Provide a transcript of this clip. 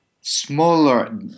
smaller